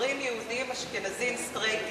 גברים יהודים, אשכנזים, סטרייטים.